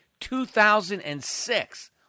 2006